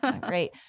Great